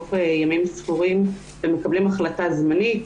בתוך ימים ספורים ומקבלים החלטה זמנית.